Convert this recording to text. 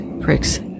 pricks